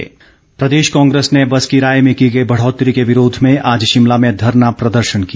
कांग्रेस प्रदेश कांग्रेस ने बस किराए में की गई बढ़ोतरी के विरोध में आज शिमला में धरना प्रदर्शन किया